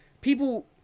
people